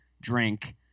drink